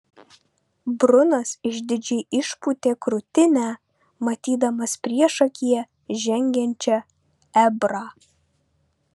brunas išdidžiai išpūtė krūtinę matydamas priešakyje žengiančią ebrą